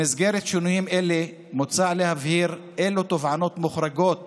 במסגרת שינויים אלה מוצע להבהיר אילו תובענות מוחרגות